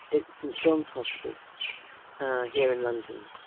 it's st. john's hospice here in london.